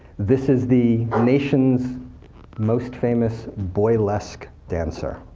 this is the nation's most famous boylesque dancer.